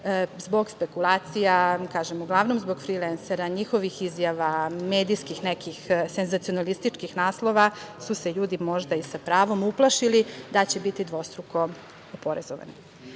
zbog spekulacija, kažem, uglavnom zbog frilensera, njihovih izjava, medijskih nekih senzacionalističkih naslova su se ljudi, možda i sa pravom, uplašili da će biti dvostruko oporezovani.U